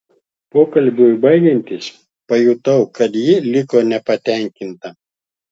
pokalbiui baigiantis pajutau kad ji liko nepatenkinta